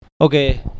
Okay